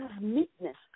meekness